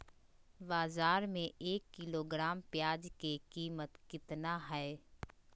बाजार में एक किलोग्राम प्याज के कीमत कितना हाय?